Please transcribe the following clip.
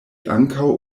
ankaŭ